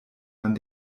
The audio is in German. man